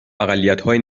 اقلیتهای